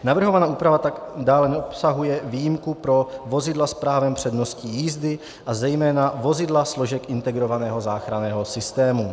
Navrhovaná úprava pak dále neobsahuje výjimku pro vozidla s právem přednosti v jízdě a zejména vozidla složek integrovaného záchranného systému.